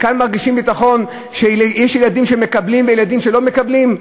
מרגישים ביטחון כשיש ילדים שמקבלים ויש ילדים שלא מקבלים?